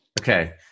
Okay